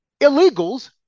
illegals